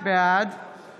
בעד